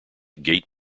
gate